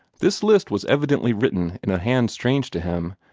this list was evidently written in a hand strange to him,